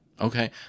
Okay